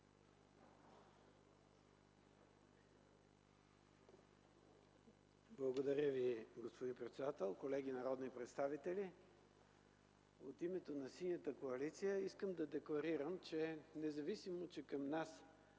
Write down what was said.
Благодаря, господин председател. Колеги народни представители, от името на Синята коалиция искам да декларирам: независимо, че към нас